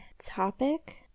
topic